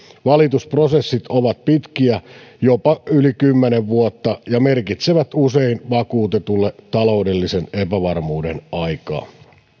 valitusprosessit ovat pitkiä jopa yli kymmenen vuotta ja merkitsevät usein vakuutetulle taloudellisen epävarmuuden aikaa